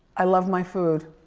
i love my food.